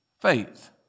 faith